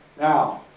now,